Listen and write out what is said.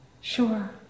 Sure